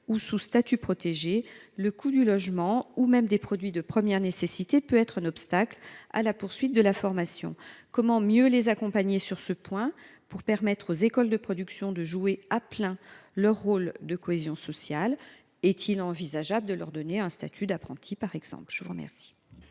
sont sous statut protégé, le coût du logement, et même celui des produits de première nécessité, peut être un obstacle à la poursuite de la formation. Comment mieux les accompagner sur ce point, pour permettre aux écoles de production de jouer à plein leur rôle de cohésion sociale ? Est il envisageable, par exemple, de donner